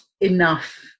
enough